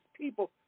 people